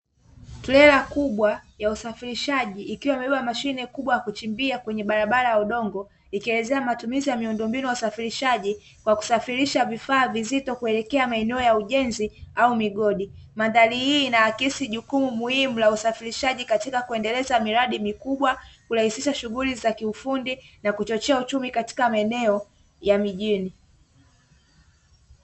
Trela kubwa ya usafirishaji ikiwa imebeba mashine kubwa kuchimbia kwenye barabara ya udongo, ikielezea matumizi ya miundombinu ya usafirishaji kwa kusafirisha vifaa vizito kuelekea maeneo ya ujenzi au migodi, madhari hii inaakisi jukumu muhimu la usafirishaji katika kuendeleza miradi mikubwa kurahisisha shughuli za kiufundi na kuchochea uchumi katika maeneo ya mijini.